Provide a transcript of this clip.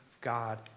God